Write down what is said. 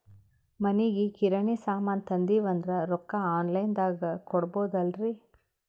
ಮನಿಗಿ ಕಿರಾಣಿ ಸಾಮಾನ ತಂದಿವಂದ್ರ ರೊಕ್ಕ ಆನ್ ಲೈನ್ ದಾಗ ಕೊಡ್ಬೋದಲ್ರಿ?